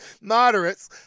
moderates